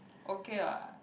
okay lah